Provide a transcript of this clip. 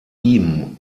ihm